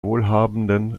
wohlhabenden